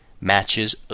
matches